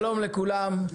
שלום לכולם,